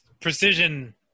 precision